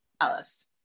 Alice